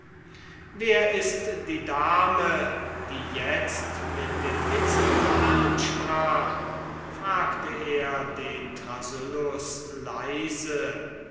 wer ist die dame die itzt mit dem witzigen herrn sprach fragte er den thrasyllus leise